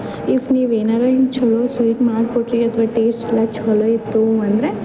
if ನೀವು ಏನಾರ ಹಿಂಗ್ ಛಲೋ ಸ್ವೀಟ್ ಮಾಡಿಕೊಟ್ರಿ ಅಥ್ವ ಟೇಸ್ಟ್ ಎಲ್ಲ ಛಲೋ ಇತ್ತು ಅಂದರೆ